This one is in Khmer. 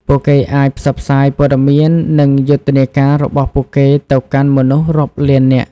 ពួកគេអាចផ្សព្វផ្សាយព័ត៌មាននិងយុទ្ធនាការរបស់ពួកគេទៅកាន់មនុស្សរាប់លាននាក់។